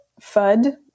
FUD